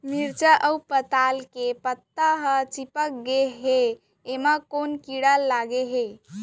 मरचा अऊ पताल के पत्ता चिपक गे हे, एमा कोन कीड़ा लगे है?